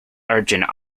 urgent